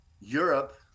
Europe